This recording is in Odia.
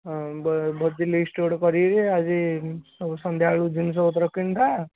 ହଁ ଭୋଜି ଲିଷ୍ଟ ଗୋଟେ କରିକିରି ଆଜି ସନ୍ଧ୍ୟାବେଳକୁ ଜିନିଷ ପତ୍ର କିଣିଦେବା